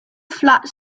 flat